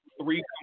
three